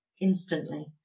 instantly